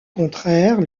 contraire